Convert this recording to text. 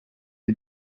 who